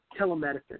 telemedicine